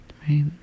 Right